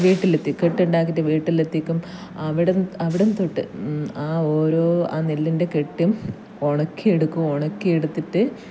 വീട്ടിലെത്തി കെട്ടുണ്ടാക്കിയിട്ട് വീട്ടിലെത്തിക്കും അവിടെനിന്ന് അവിടം തൊട്ട് ആ ഓരോ ആ നെല്ലിന്റെ കെട്ടും ഉണക്കിയെടുക്കും ഉണക്കി എടുത്തിട്ട്